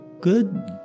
good